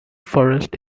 forest